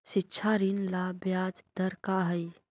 शिक्षा ऋण ला ब्याज दर का हई?